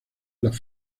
las